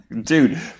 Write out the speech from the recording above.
Dude